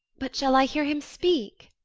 but shall i hear him speak?